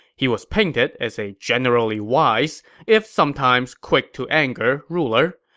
he was painted as a generally wise, if sometimes quick-to-anger, ruler.